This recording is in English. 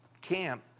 camp